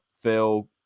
phil